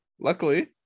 luckily